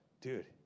dude